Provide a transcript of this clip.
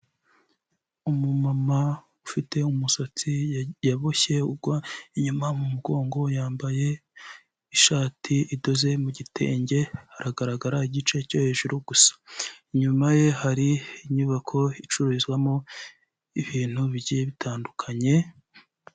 Umumama ufite umusatsi yaboshye ugwa inyuma mu mugongo yambaye ishati idoze mu gitenge haragaragara igice cyo hejuru gusa, inyuma ye hari inyubako icururizwamo ibintu bigiye bitandukanye.